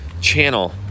channel